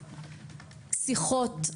שיחות.